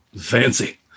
Fancy